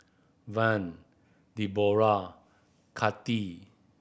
Vaughn Debora Kathi